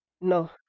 no